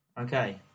Okay